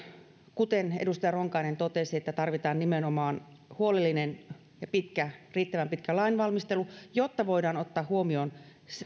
kuten edustaja ronkainen totesi tarvitaan nimenomaan huolellinen ja riittävän pitkä lainvalmistelu jotta voidaan ottaa huomioon